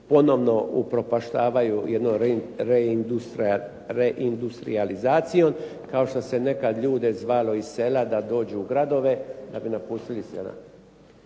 ponovno upropaštavaju jednom reindustrijalizacijom kao što se nekad ljude zvalo iz sela da dođu u gradove da bi napustili sela.